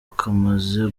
kamaze